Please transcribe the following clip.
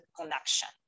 connection